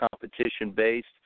competition-based